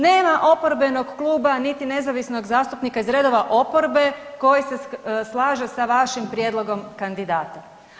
Nema oporbenog kluba niti nezavisnog zastupnika iz redova oporbe koji se slaže sa vašim prijedlogom kandidata.